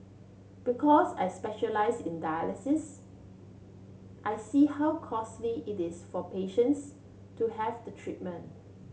because I specialise in dialysis I see how costly it is for patients to have the treatment